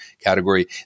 category